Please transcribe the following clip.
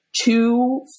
two